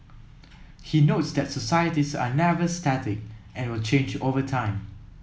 he notes that societies are never static and will change over time